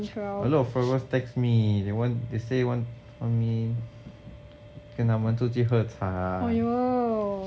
a lot of followers text me they want they say want want me 跟他们出去喝茶